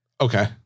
Okay